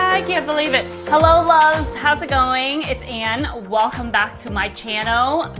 i can't believe it. hello loves, how's it going? it's ann, welcome back to my channel.